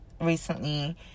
recently